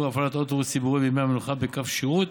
הפעלת אוטובוס ציבורי בימי מנוחה בקו שירות,